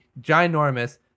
ginormous